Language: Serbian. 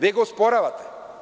Vi ga usporavate.